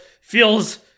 feels